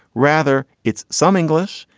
rather, it's some english.